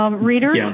readers